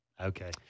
Okay